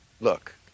Look